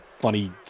funny